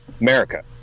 America